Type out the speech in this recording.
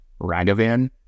Ragavan